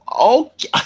Okay